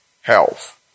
health